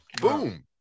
Boom